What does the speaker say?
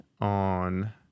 on